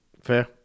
Fair